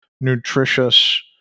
nutritious